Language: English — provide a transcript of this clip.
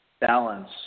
balance